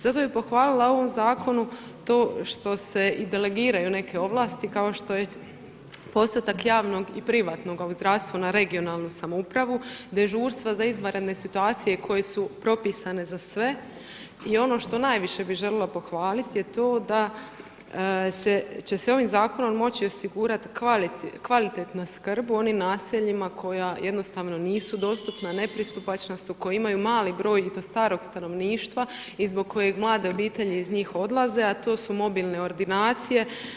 Zato bih pohvalila u ovom Zakonu to što se i delegiraju neke ovlasti, kao što je postotak javnog i privatnoga u zdravstvu na regionalnu samoupravu, dežurstva za izvanredne situacije koje su propisane za sve i ono što najviše bih željela pohvaliti je to da će se ovim Zakonom moći osigurati kvalitetna skrb u onim naseljima koja jednostavno nisu dostupna, nepristupačna su, koja imaju mali broj i to starog stanovništva i zbog kojeg mlade obitelji iz njih odlaze, a to su mobilne ordinacije.